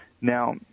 Now